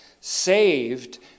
saved